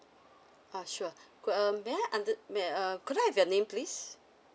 err sure could err may I under~ may err could I have your name please